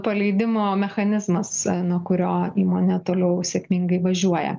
paleidimo mechanizmas nuo kurio įmonė toliau sėkmingai važiuoja